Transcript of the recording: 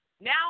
Now